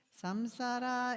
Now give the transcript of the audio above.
samsara